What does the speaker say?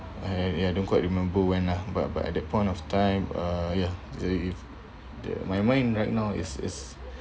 I ya don't quite remember when lah but but at that point of time uh ya they if they're my mind right now is is